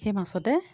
সেই মাছতে